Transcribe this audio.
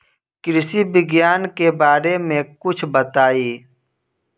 कृषि विज्ञान के बारे में कुछ बताई